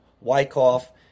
Wyckoff